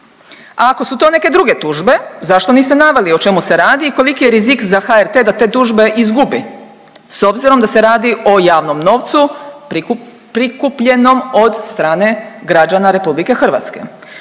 A ako su to neke druge tužbe, zašto niste naveli o čemu se radi i koliki je rizik za HRT da te tužbe izgubi s obzirom da se radi o javnom novcu prikupljenom od strane građana RH? Ono što